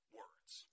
words